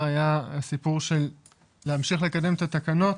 היה סיפור של להמשיך לקדם את התקנות,